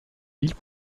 villes